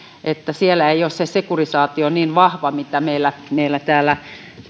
että siellä ei ole se sekularisaatio niin vahva kuin meillä täällä